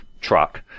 truck